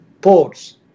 ports